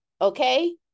okay